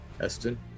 eston